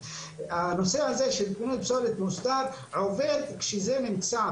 הנושא הזה של פינוי פסולת נוסף עובד כשזה נמצא,